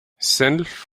self